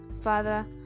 Father